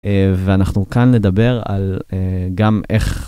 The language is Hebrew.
ואנחנו כאן נדבר על גם איך...